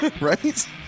Right